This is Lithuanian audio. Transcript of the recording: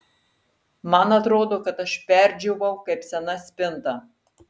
man atrodo kad aš perdžiūvau kaip sena spinta